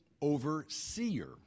overseer